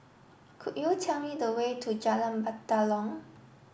could you tell me the way to Jalan Batalong